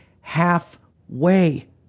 halfway